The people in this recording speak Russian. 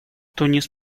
тунис